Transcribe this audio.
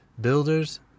builders